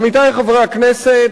עמיתי חברי הכנסת,